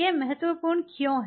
यह महत्वपूर्ण क्यों है